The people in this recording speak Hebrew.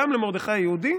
גם למרדכי היהודי